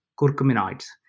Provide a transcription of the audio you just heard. curcuminoids